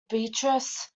beatrice